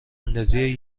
اندازی